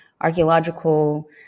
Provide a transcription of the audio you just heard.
archaeological